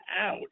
out